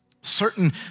certain